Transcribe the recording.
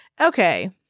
okay